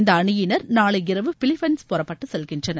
இந்த அணியினர் நாளை இரவு பிலிப்பைன்ஸ் புறப்பட்டு செல்கின்றனர்